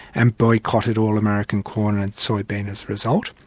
and boycotted all american corn and soybean as a result.